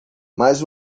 mas